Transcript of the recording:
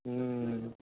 ம்